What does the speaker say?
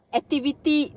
activity